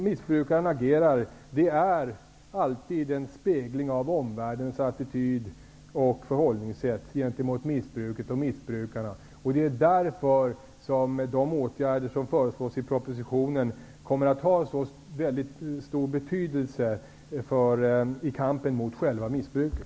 Missbrukarens agerande är alltid en spegling av omvärldens attityd och förhållningssätt gentemot missbruket och missbrukarna, och det är därför som de åtgärder som föreslås i propositionen kommer att ha så stor betydelse i kampen mot själva missbruket.